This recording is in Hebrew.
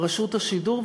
רשות השידור.